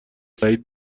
سعید